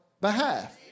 behalf